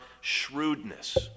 shrewdness